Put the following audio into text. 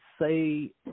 say